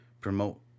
promote